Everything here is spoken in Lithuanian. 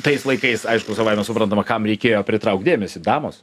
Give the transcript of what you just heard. tais laikais aišku savaime suprantama kam reikėjo pritraukt dėmesį damos